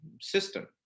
system